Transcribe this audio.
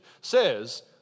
says